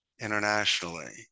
internationally